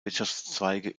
wirtschaftszweige